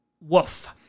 woof